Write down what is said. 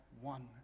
one